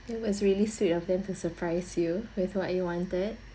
it was really sweet of them to surprise you with what you wanted